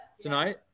tonight